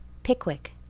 pickwick.